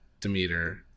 Demeter